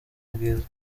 bwiza